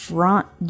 Front